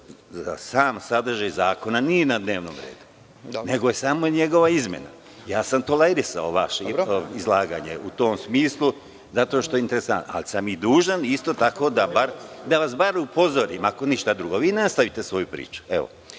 sam sadržaj zakona nije na dnevnom redu, nego je samo njegova izmena. Tolerisao sam vaše izlaganje u tom smislu, ali sam i dužan isto tako da vas bar upozorim, ako ništa drugo, a vi nastavite svoju priču.